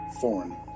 Foreign